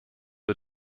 wir